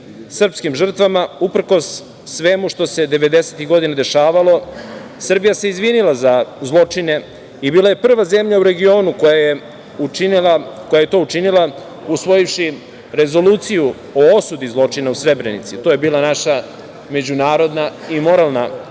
srpskim žrtvama, uprkos svemu što se devedesetih godina dešavalo, Srbija se izvinila za zločine i bila je prva zemlja u regionu koja je to učinila usvojivši Rezoluciju o osudi zločina u Srebrenici. To je bila naša međunarodna i moralna